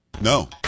No